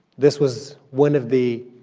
this was one of the